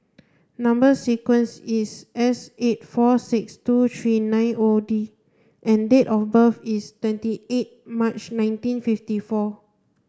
number sequence is S eight four six two three nine O D and date of birth is twenty eight March nineteen fifty four